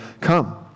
Come